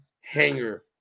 Hanger